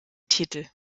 titel